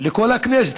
לכל הכנסת.